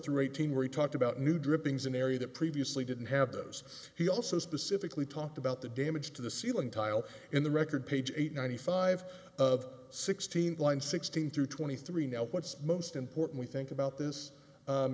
through eighteen where he talked about new drippings in area that previously didn't have those he also specifically talked about the damage to the ceiling tile in the record page eight ninety five of sixteen line sixteen through twenty three now what's most important we think about this